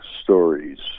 stories